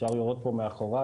אפשר לראות פה מאחוריי,